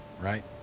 right